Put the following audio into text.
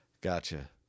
Gotcha